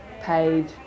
paid